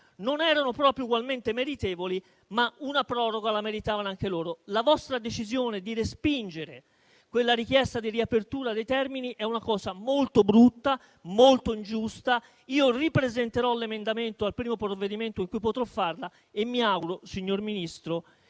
non erano proprio ugualmente meritevoli, ma una proroga la meritavano anche loro. La vostra decisione di respingere quella richiesta di riapertura dei termini è una cosa molto brutta, molto ingiusta. Ripresenterò l'emendamento al primo provvedimento in cui potrò farlo e mi auguro, signor Ministro